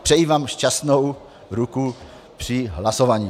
Přeji vám šťastnou ruku při hlasování.